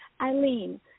Eileen